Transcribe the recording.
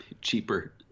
Cheaper